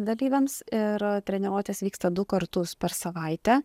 dalyviams ir treniruotės vyksta du kartus per savaitę